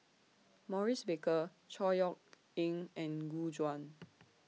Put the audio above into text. Maurice Baker Chor Yeok Eng and Gu Juan